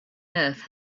earth